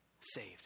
saved